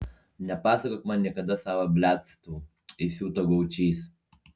nepasakok man niekada savo bliadstvų įsiuto gaučys